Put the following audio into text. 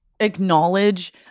Acknowledge